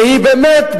שהיא באמת,